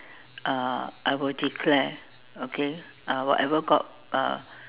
uh I will declare okay uh whatever God uh